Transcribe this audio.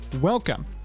Welcome